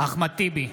אחמד טיבי,